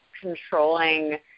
controlling